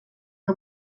que